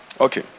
okay